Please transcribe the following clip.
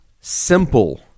simple